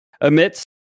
Amidst